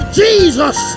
jesus